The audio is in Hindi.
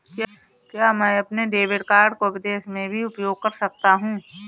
क्या मैं अपने डेबिट कार्ड को विदेश में भी उपयोग कर सकता हूं?